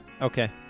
Okay